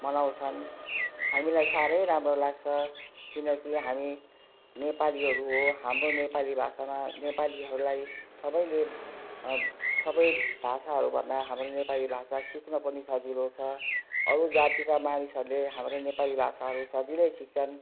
मनाउँछन् हामीलाई साह्रै राम्रो लाग्छ किनकि हामी नेपालीहरू हो हाम्रो नेपाली भाषामा नेपालीहरूलाई सबैले सबै भाषाहरूभन्दा हाम्रो नेपाली भाषा सिक्न पनि सजिलो छ अरू जातिका मानिसहरूले हाम्रो नेपाली भाषाहरू सजिलै सिक्छन्